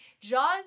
Jaws